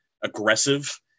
aggressive